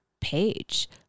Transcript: page